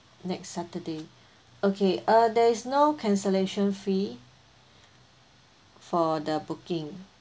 next saturday okay uh there is no cancellation fee for the booking